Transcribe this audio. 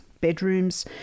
bedrooms